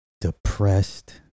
depressed